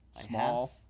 Small